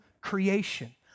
creation